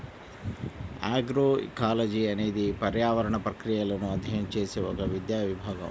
agroecology అనేది పర్యావరణ ప్రక్రియలను అధ్యయనం చేసే ఒక విద్యా విభాగం